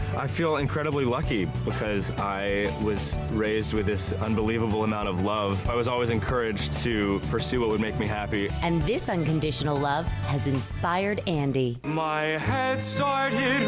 i feel incredibly lucky because i was raised with this unbelievable amount of love. i was always encouraged to pursue what would make me happy. and this unconditional love has inspired andy. my head started